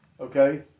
okay